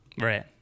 Right